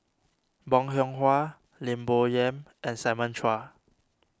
Bong Hiong Hwa Lim Bo Yam and Simon Chua